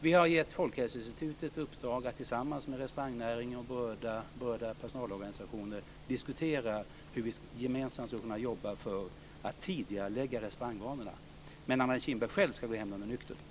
Vi har gett Folkhälsoinstitutet i uppdrag att tillsammans med restaurangnäringen och berörda personalorganisationer diskutera hur vi gemensamt skulle kunna jobba för att tidigarelägga restaurangvanorna. Men Anna Kinberg själv ska gå hem medan hon är nykter.